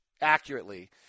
accurately